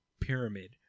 pyramid